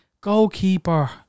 Goalkeeper